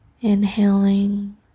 inhaling